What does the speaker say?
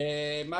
אנחנו